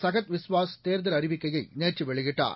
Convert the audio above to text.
சகத் விஸ்வாஸ் தேர்தல் அறிவிக்கையை நேற்று வெளியிட்டார்